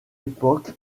époque